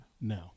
No